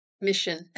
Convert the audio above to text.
mission